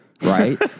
Right